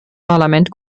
parlament